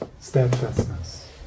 steadfastness